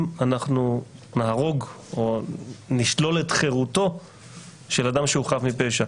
אנחנו נהרוג או נשלול את חירותו של אדם שהוא חף מפשע.